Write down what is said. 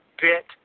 bit